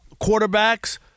quarterbacks